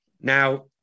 now